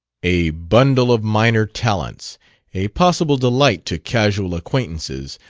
a bundle of minor talents a possible delight to casual acquaintances,